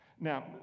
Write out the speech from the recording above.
Now